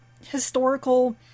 historical